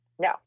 No